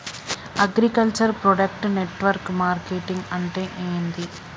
Agriculture product network marketing అంటే ఏంది?